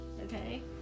okay